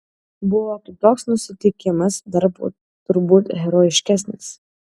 buvo kitoks nusiteikimas dar turbūt herojiškesnis